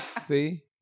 See